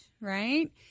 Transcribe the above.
right